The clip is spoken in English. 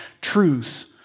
truth